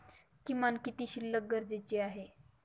किमान किती शिल्लक गरजेची आहे?